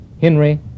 Henry